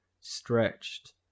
stretched